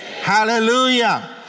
Hallelujah